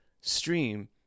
stream